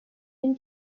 been